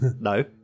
No